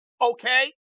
okay